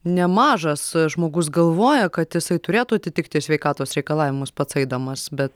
nemažas žmogus galvoja kad jisai turėtų atitikti sveikatos reikalavimus pats eidamas bet